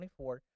24